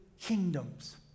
kingdoms